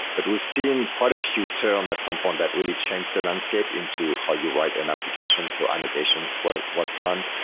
but we've seen quite a few turn at some point that really changed the landscape into how you write an application. so annotations was one.